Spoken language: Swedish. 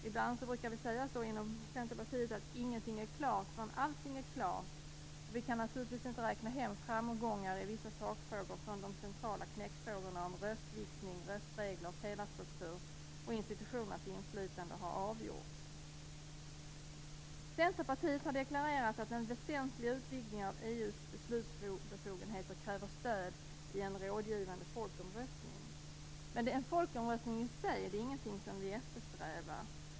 Ibland brukar vi inom Centerpartiet säga att ingenting är klart förrän allting är klart. Vi kan naturligtvis inte räkna hem framgångar i vissa sakfrågor förrän de centrala knäckfrågorna om röstviktning, röstregler, pelarstruktur och institutionernas inflytande har avgjorts. Centerpartiet har deklarerat att en väsentlig utvidgning av EU:s beslutsbefogenheter kräver stöd i en rådgivande folkomröstning. En folkomröstning i sig är inget som vi eftersträvar.